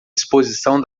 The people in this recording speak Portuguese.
exposição